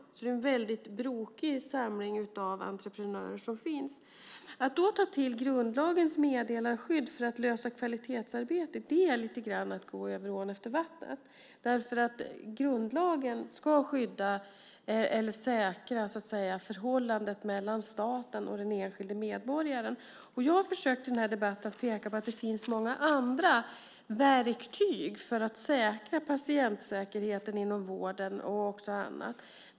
Det är alltså en väldigt brokig samling entreprenörer. Att då ta till grundlagens meddelarskydd för att lösa kvalitetsarbete är lite grann att gå över ån efter vatten. Grundlagen ska skydda, eller säkra, förhållandet mellan staten och den enskilde medborgaren. Jag har i den här debatten försökt peka på att det finns många andra verktyg för att säkra patientsäkerheten inom vården och på andra områden.